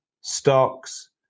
stocks